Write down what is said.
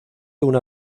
una